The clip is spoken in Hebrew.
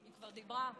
היא כבר דיברה.